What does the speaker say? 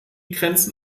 grenzen